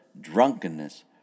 drunkenness